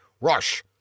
Rush